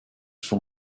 from